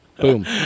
boom